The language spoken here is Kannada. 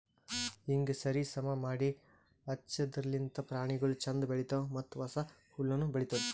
ಹೀಂಗ್ ಸರಿ ಸಮಾ ಮಾಡಿ ಹಂಚದಿರ್ಲಿಂತ್ ಪ್ರಾಣಿಗೊಳ್ ಛಂದ್ ಬೆಳಿತಾವ್ ಮತ್ತ ಹೊಸ ಹುಲ್ಲುನು ಬೆಳಿತ್ತುದ್